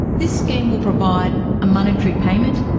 this scheme will provide a monetary payment,